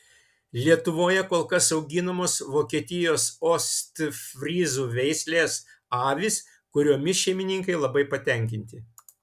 lietuvoje kol kas auginamos vokietijos ostfryzų veislės avys kuriomis šeimininkai labai patenkinti